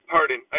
Pardon